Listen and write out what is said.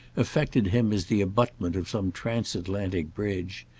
affected him as the abutment of some transatlantic bridge,